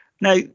Now